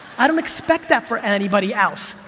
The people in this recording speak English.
i don't expect that for anybody else.